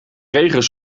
regen